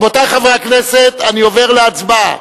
רבותי חברי הכנסת, אני עובר להצבעה.